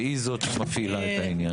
והיא זאת שמפעילה את העניין.